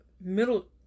middle